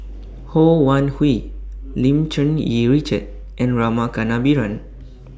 Ho Wan Hui Lim Cherng Yih Richard and Rama Kannabiran